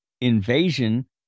invasion